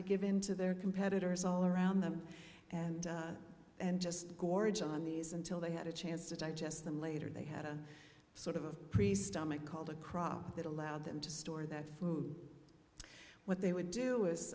to give in to their competitors all around them and and just gorge on these until they had a chance to digest them later they had a sort of a priest stomach called a crop that allowed them to store that food what they would do is